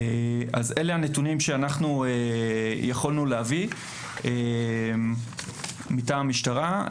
אז אלה הנתונים שיכולנו להביא מטעם המשטרה.